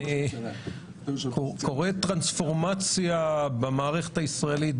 קורית טרנספורמציה במערכת הישראלית,